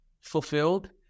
fulfilled